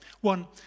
One